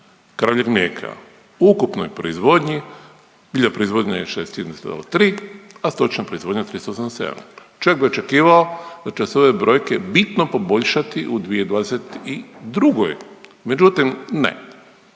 kravljeg mlijeka. U ukupnoj proizvodnji biljna proizvodnja je 61,3, a stočna proizvodnja …/Govornik se ne razumije./… Čovjek bi očekivao da će se ove brojke bitno poboljšati u 2022. Međutim, ne.